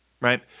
right